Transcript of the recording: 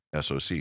SOC